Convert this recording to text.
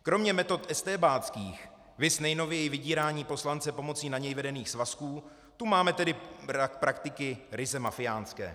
Kromě metod estébáckých viz nejnověji vydírání poslance pomocí na něj vedených svazků tu máme praktiky ryze mafiánské.